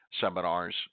seminars